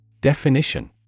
Definition